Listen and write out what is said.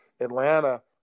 Atlanta